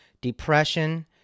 depression